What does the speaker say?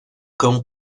cão